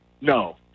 no